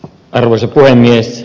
arvoisa puhemies